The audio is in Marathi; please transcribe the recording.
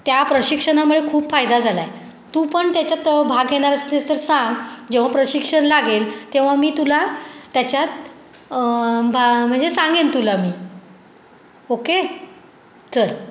त्या प्रशिक्षणामुळे खूप फायदा झाला आहे तू पण त्याच्यात भाग घेणार असलीस तर सांग जेव्हा प्रशिक्षण लागेल तेव्हा मी तुला त्याच्यात भा म्हणजे सांगेन तुला मी ओके चल